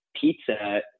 pizza